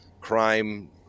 crime